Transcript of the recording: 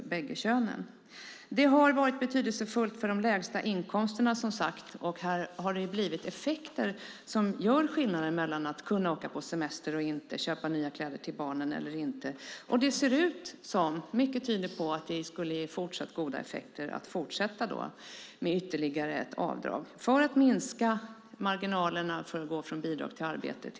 Jobbskatteavdraget har som sagt varit betydelsefullt för dem med lägst inkomster och gjort skillnad mellan att kunna och inte kunna åka på semester och köpa nya kläder till barnen. Mycket tyder på att ett ytterligare jobbavdrag skulle ge fortsatt god effekt på sysselsättningen och minska marginalerna för att gå från bidrag till arbete.